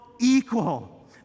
equal